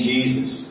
Jesus